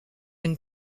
une